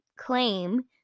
Claim